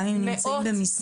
גם אם הם נמצאים במסגרת.